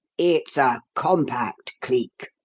it's a compact cleek.